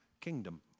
kingdom